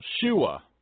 Shua